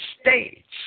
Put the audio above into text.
states